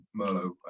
Merlot